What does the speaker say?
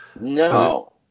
no